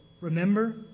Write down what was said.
Remember